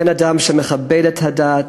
בן-אדם שמכבד את הדת,